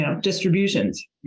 distributions